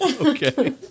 Okay